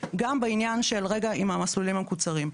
גם בעניין המסלולים המקוצרים.